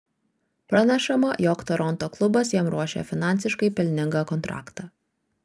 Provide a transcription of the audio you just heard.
pranešama jog toronto klubas jam ruošia finansiškai pelningą kontraktą